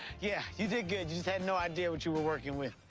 yeah, you did good. you just had no idea what you were working with.